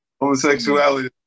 Homosexuality